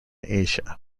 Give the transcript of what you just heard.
asia